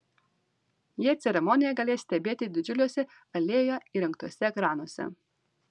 jie ceremoniją galės stebėti didžiuliuose alėjoje įrengtuose ekranuose